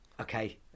Okay